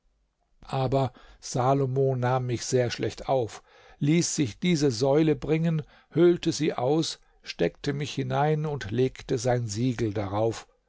aber salomo nahm mich sehr schlecht auf ließ sich diese säule bringen höhlte sie aus steckte mich hinein und legte sein siegel darauf